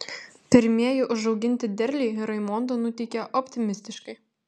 pirmieji užauginti derliai raimondą nuteikė optimistiškai